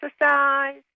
exercise